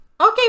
Okay